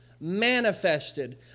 manifested